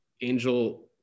Angel